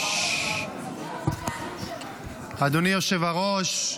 אדוני היושב-ראש,